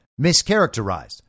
mischaracterized